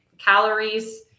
calories